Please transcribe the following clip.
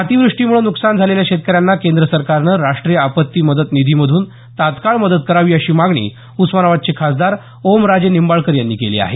अतिव्रष्टीमुळे नुकसान झालेल्या शेतकऱ्यांना केंद्र सरकारने राष्ट्रीय आपत्ती मदत निधीमधून तात्काळ मदत करावी अशी मागणी उस्मानाबादचे खासदार ओमराजे निंबाळकर यांनी केली आहे